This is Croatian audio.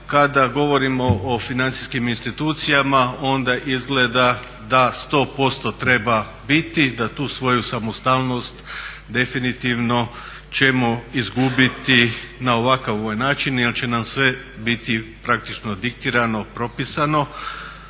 Kada govorimo o financijskim institucijama onda izgleda da 100% treba biti, da tu svoju samostalnost definitivno ćemo izgubiti na ovakav način jer će nam sve biti praktično diktirano propisano,